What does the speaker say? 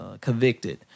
convicted